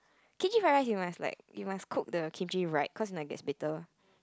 kimchi fried rice you must like you must cook the kimchi right cause if not it gets bitter